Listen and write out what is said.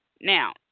Now